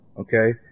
okay